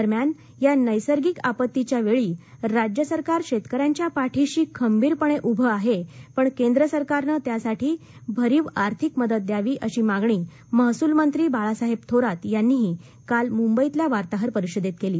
दरम्यान या नैसर्गिक आपत्तीच्या वेळी राज्य सरकार शेतकऱ्यांचा पाठीशी खबीरपणे उभं आहे पण केंद्र सरकारनं त्यासाठी भरीव आर्थिक मदत द्यावी अशी मागणी महसूलमंत्री बाळासाहेब थोरात यांनीही काल म्बईतल्या वार्ताहर परिषदेत केली